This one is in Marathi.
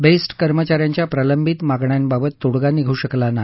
बेस्ट कर्मचाऱ्यांच्या प्रलंबित मागण्यांबाबत तोडगा निघू शकला नाही